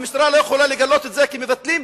המשטרה לא יכולה לגלות את זה כי מבטלים,